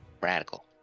radical